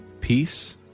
peace